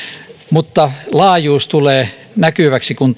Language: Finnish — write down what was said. mutta laajuus tulee näkyväksi kun